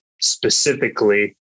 specifically